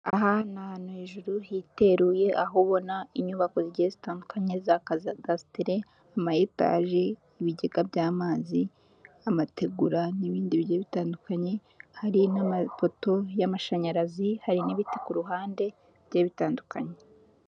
Aha ni ahantu hejuru hiteruye aho ubona inyubako zigiye zitandukanye za kadasitere, ama etaje, ibigega by'amazi, amategura n'ibindi bice bitandukanye hari n'amapoto y'amashanyarazi, hari n'ibiti ku ruhande byari bitandukanye.